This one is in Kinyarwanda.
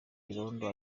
irondo